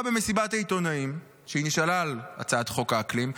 במסיבת העיתונאים כשהיא נשאלה על הצעת חוק האקלים,